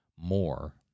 more